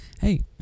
Hey